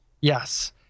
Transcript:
Yes